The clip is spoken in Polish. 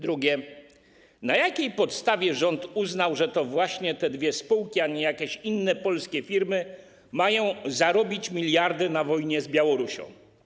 Drugie pytanie: Na jakiej podstawie rząd uznał, że to właśnie te dwie spółki, a nie jakieś inne polskie firmy mają zarobić miliardy na wojnie z Białorusią?